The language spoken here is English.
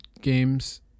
games